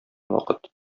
вакыт